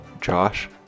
Josh